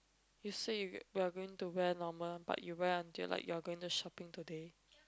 you said we are going to wear normal but you wear like we are going shopping today